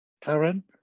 Karen